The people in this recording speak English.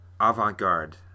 avant-garde